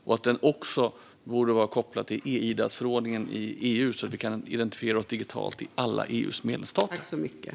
Den borde också vara kopplad till e-IDAS-förordningen i EU så att vi kan identifiera oss digitalt i alla EU:s medlemsstater.